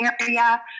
area